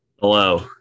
Hello